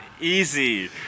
easy